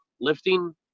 lifting